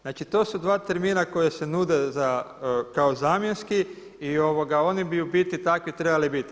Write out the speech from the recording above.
Znači to su dva termina koji se nude kao zamjenski i oni bi u biti takvi trebali biti.